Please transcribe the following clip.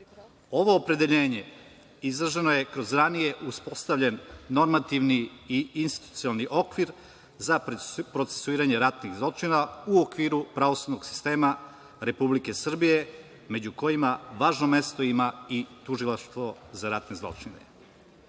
Ovo opredeljenje izraženo je kroz ranije uspostavljen normativni i institucionalni okvir za procesuiranje ratnih zločina u okviru pravosudnog sistema Republike Srbije među kojima važno mesto ima i Tužilaštvo za ratne zločine. Pored